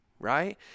right